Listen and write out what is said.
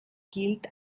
gilt